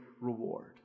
reward